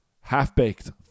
Half-baked